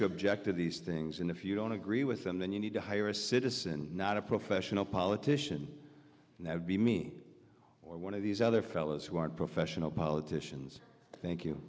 to object to these things and if you don't agree with them then you need to hire a citizen not a professional politician and that would be me or one of these other fellows who aren't professional politicians thank you